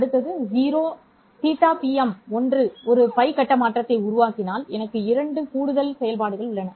அடுத்து θPM1 ஒரு π கட்ட மாற்றத்தை உருவாக்கினால் எனக்கு 2 கூடுதல் செயல்பாடுகள் உள்ளன